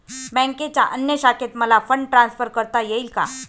बँकेच्या अन्य शाखेत मला फंड ट्रान्सफर करता येईल का?